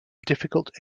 difficult